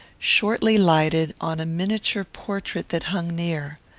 shortly lighted on a miniature portrait that hung near.